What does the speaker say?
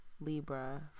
Libra